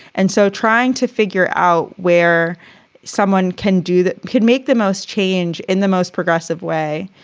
and so trying to figure out where someone can do that could make the most change in the most progressive way,